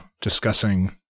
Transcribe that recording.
discussing